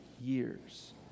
years